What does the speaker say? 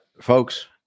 folks